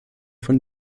von